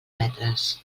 metres